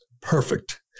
perfect